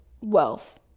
wealth